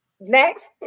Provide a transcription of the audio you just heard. next